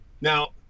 Now